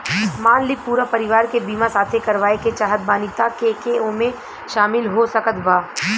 मान ली पूरा परिवार के बीमाँ साथे करवाए के चाहत बानी त के के ओमे शामिल हो सकत बा?